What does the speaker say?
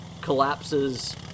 collapses